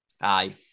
aye